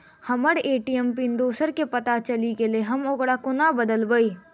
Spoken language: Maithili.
हम्मर ए.टी.एम पिन दोसर केँ पत्ता चलि गेलै, हम ओकरा कोना बदलबै?